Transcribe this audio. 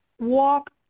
walk